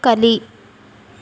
ಕಲಿ